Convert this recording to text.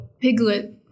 piglet